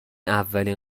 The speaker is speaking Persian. اولین